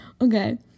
okay